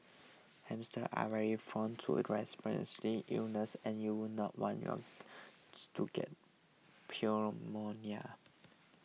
hamsters are very from to the illnesses and you would not want yours to get